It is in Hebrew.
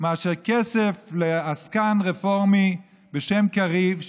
מאשר כסף לעסקן רפורמי בשם קריב,